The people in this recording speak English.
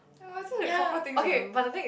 !aww! such a couple thing to do